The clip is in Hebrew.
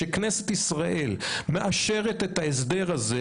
כשכנסת ישראל מאשרת את ההסדר הזה,